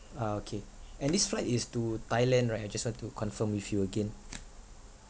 ah okay and this flight is to thailand right I just want to confirm with you again